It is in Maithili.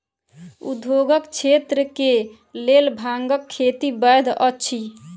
उद्योगक क्षेत्र के लेल भांगक खेती वैध अछि